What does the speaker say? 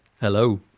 Hello